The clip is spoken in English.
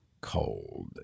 cold